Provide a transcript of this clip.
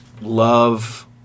Love